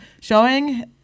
showing